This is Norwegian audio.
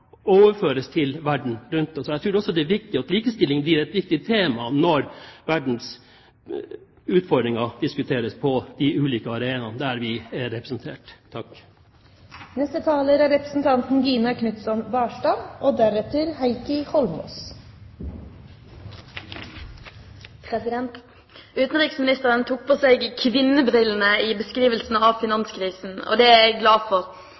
overføres til verden rundt oss. Jeg tror også det er viktig at likestilling blir et tema når verdens utfordringer diskuteres på de ulike arenaene der vi er representert. Utenriksministeren tok på seg kvinnebrillene i beskrivelsen av finanskrisen. Det er jeg glad for. Utenrikspolitikk handler om makt – om makt mellom stater, om makt mellom allianser, og det